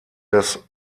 das